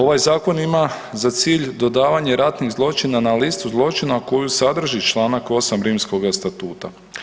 Ovaj Zakon ima za cilj dodavanje ratnih zločina na listu zločina koju sadrži članak 8. Rimskoga statuta.